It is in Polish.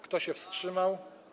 Kto się wstrzymał?